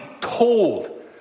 told